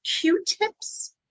Q-tips